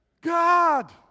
God